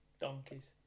donkeys